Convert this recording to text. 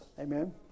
Amen